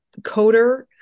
coder